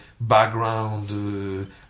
background